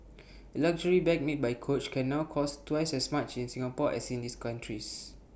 A luxury bag made by coach can now cost twice as much in Singapore as in these countries